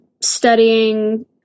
studying